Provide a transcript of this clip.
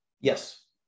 Yes